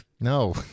No